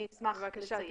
אני אשמח לסיים.